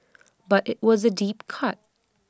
but IT was A deep cut